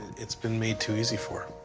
it's been made too easy for